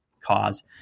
cause